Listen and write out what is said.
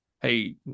hey